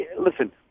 Listen